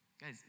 Guys